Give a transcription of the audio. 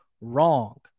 wrong